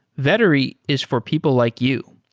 vettery is for people like you.